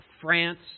France